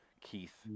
Keith